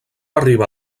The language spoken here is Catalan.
arriba